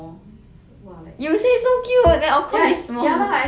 !ee! so small